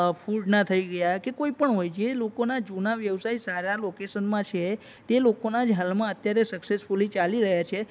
ફૂડના થઈ ગયા કે કોઈપણ હોય જે લોકોના જૂના વ્યવસાય સારાં લોકેશનમાં છે તે લોકોના જ હાલમાં અત્યારે સક્સેસફૂલી ચાલી રહ્યા છે